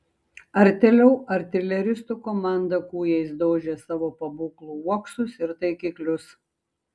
artėliau artileristų komanda kūjais daužė savo pabūklų uoksus ir taikiklius